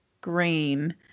green